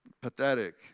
pathetic